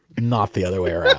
not the other way around